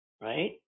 right